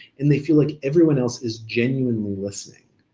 and they feel like everyone else is genuinely listening.